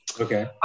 Okay